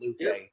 Luke